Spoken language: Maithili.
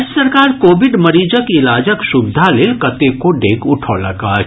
राज्य सरकार कोविड मरीजक इलाजक सुविधा लेल कतेको डेग उठौलक अछि